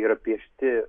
yra piešti